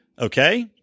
Okay